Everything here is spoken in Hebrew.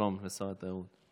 שלום לשר התיירות.